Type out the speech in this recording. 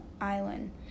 island